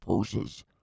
purses